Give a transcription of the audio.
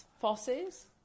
Fosses